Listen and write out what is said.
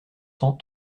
cent